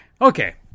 okay